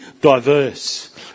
diverse